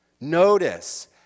Notice